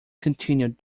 continued